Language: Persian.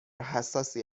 حساسی